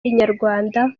inyarwanda